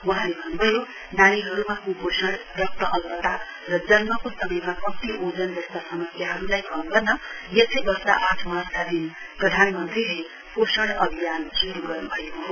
वहाँले भन्न्भयो नानीहरूमा क्पोषण रक्तअल्पता र जन्मको समयमा कम्ती ओजन जस्ता समस्याहरूलाई कम गर्न यसै वर्ष आठ मार्चका दिन प्रधान मन्त्रीले पोषण अभियान श्रू गर्न्भएको हो